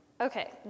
okay